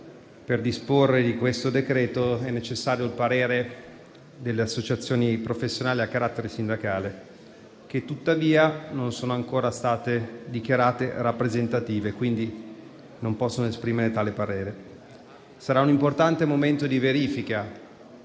Per questo decreto è necessario il parere delle associazioni professionali a carattere sindacale, che tuttavia non sono ancora state dichiarate rappresentative e, quindi, non possono esprimere tale parere. Sarà un importante momento di verifica,